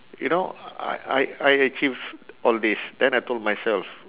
you know I I I achieved all this then I told myself